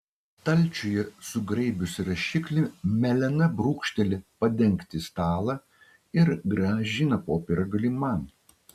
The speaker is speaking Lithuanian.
stalčiuje sugraibiusi rašiklį melena brūkšteli padengti stalą ir grąžina popiergalį man